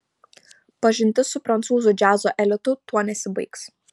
pažintis su prancūzų džiazo elitu tuo nesibaigs